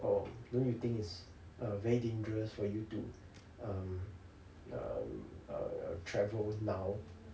orh don't you think is uh very dangerous for you to um um err travel now